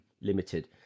limited